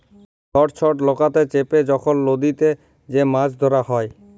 ছট ছট লকাতে চেপে যখল লদীতে যে মাছ ধ্যরা হ্যয়